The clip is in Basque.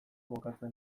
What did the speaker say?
kokatzen